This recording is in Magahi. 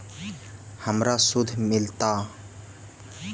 हमरा शुद्ध मिलता?